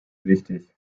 wichtig